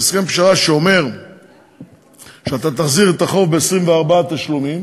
שאומר שאתה תחזיר את החוב ב-24 תשלומים,